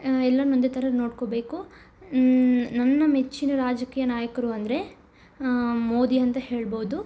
ಎಲ್ಲಾರ್ನು ಒಂದೇ ಥರ ನೋಡ್ಕೋಬೇಕು ನನ್ನ ಮೆಚ್ಚಿನ ರಾಜಕೀಯ ನಾಯಕರು ಅಂದರೆ ಮೋದಿ ಅಂತ ಹೇಳ್ಬೌದು